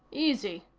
easy.